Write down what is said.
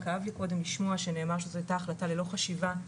כאב לי קודם לשמוע שנאמר שזו הייתה החלטה ללא חשיבה,